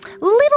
little